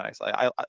nice